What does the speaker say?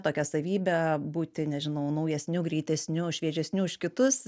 tokia savybe būti nežinau naujesniu greitesniu šviežesniu už kitus